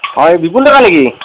হায় বিপুল ডেকা নেকি